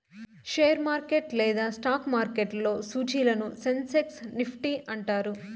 share market లేదా stock మార్కెట్లో సూచీలని సెన్సెక్స్ నిఫ్టీ అంటారు